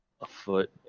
afoot